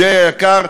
ג'יי היקר,